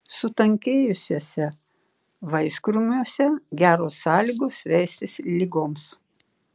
sutankėjusiuose vaiskrūmiuose geros sąlygos veistis ligoms